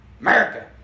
America